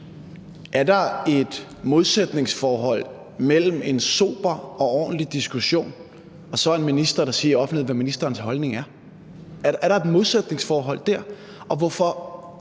Er der et modsætningsforhold mellem en sober og ordentlig diskussion og så en minister, der siger i offentligheden, hvad ministerens holdning er? Er der et modsætningsforhold der? Og hvorfor